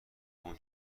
اون